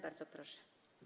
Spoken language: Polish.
Bardzo proszę.